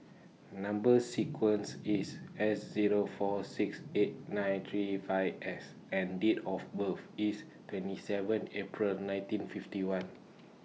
Number sequence IS S Zero four six eight nine three five S and Date of birth IS twenty seven April nineteen fifty one